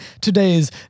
today's